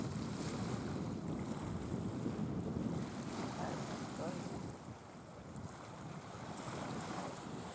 अच्छा जी कोई निं ओके